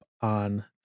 on